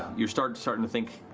you're starting to starting to think